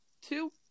two